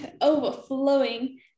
overflowing